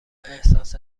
احساس